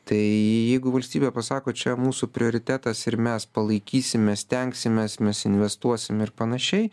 tai jeigu valstybė pasako čia mūsų prioritetas ir mes palaikysime stengsimės mes investuosim ir panašiai